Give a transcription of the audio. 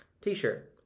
T-shirt